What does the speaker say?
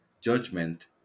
Judgment